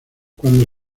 cuando